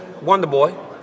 Wonderboy